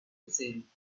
gesehen